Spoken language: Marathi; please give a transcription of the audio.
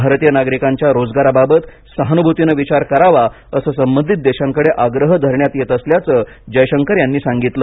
भारतीय नागरिकांच्या रोजगाराबाबत सहानुभूतीने विचार करावा असं संबधित देशांकडे आग्रह धरण्यात येत असल्याचं जयशंकर यांनी सांगितलं